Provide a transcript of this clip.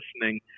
listening